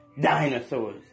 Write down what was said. dinosaurs